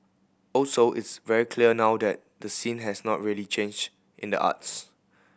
also it's very clear now that the scene has not really changed in the arts